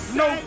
no